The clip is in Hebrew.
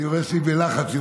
לא, לא, אני כבר מסיים.